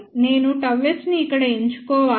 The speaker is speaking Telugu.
నేను ΓS ని ఇక్కడ ఎంచుకోవాలా